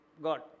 God